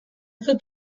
dut